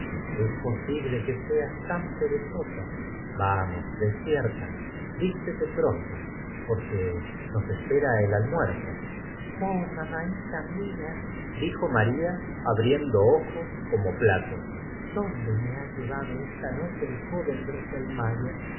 es posible que seas tan perezosaf y como lfaria también era muy enteodida vamos despierta vístete pronto porque en esas cosas deseaba interiormeote to nos espera el almuerzo mar parte activa en la taren entonces oh mamaíta mía dijo maría abriencomo si hubiera adivinado los deseos ín do ojos como platos dónde me ha llevatimos de l'faría la más bonita de las her do esta noche el joven